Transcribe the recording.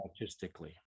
artistically